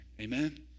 Amen